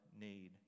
need